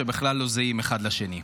שבכלל לא זהים אחד לשני.